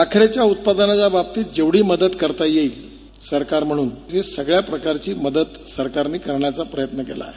साखरेच्या उत्पादनाच्या बाबतीत जेवढी मदत करता येईल सरकार म्हणून ती सगळ्याप्रकारची मदत सरकारनं करण्याचा प्रयत्न केलाय